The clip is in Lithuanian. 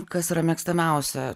kas yra mėgstamiausia